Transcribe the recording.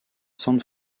san